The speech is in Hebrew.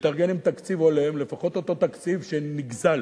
להתארגן עם תקציב הולם, לפחות אותו תקציב שנגזל